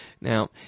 Now